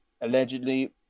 allegedly